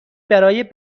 برای